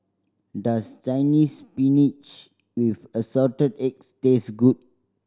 does Chinese Spinach with Assorted Eggs taste good